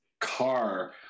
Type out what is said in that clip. car